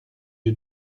wir